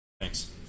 thanks